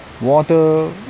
water